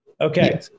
Okay